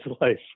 life